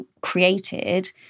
created